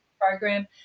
program